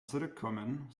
zurückkommen